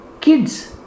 kids